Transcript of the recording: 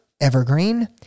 evergreen